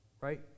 right